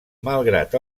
malgrat